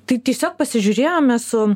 tai tiesiog pasižiūrėjome su